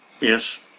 Yes